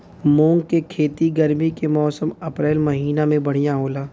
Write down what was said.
मुंग के खेती गर्मी के मौसम अप्रैल महीना में बढ़ियां होला?